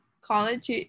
college